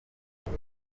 muri